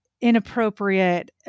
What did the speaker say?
inappropriate